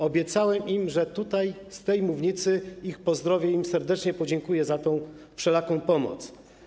Obiecałem im, że tutaj z tej mównicy ich pozdrowię i serdecznie podziękuję za wszelaką pomoc.